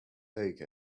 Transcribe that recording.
take